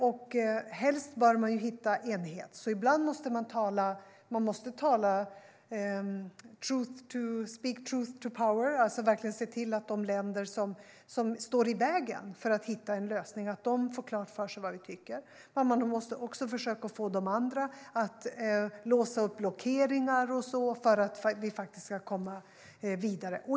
Helst bör man hitta enighet, så ibland måste vi verkligen speak truth to power, det vill säga se till att de länder som står i vägen för att hitta en lösning får klart för sig vad vi tycker. Man måste också försöka få de andra att låsa upp blockeringar och så vidare för att vi faktiskt ska komma vidare.